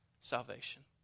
Salvation